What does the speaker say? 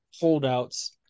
holdouts